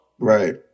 Right